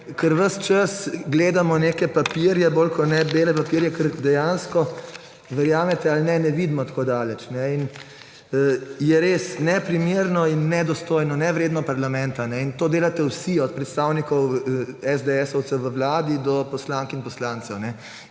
ker ves čas gledamo neke papirje, bolj kot ne bele papirje, ker dejansko, verjamete ali ne, ne vidimo tako daleč in je res neprimerno in nedostojno, nevredno parlamenta. To delate vsi od predstavnikov SDS v vladi do poslank in poslancev.